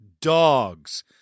dogs